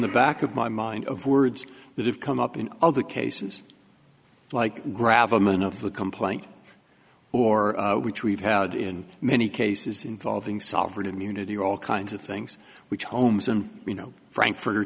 the back of my mind of words that have come up in other cases like grab them and of the complaint or which we've had in many cases involving sovereign immunity or all kinds of things which holmes and you know frankfurt